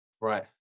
Right